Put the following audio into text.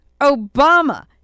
Obama